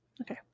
Okay